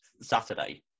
Saturday